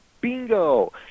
Bingo